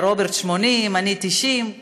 רוברט, ה-80, אני, ה-90.